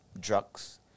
drugs